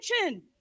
attention